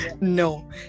no